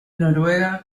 noruega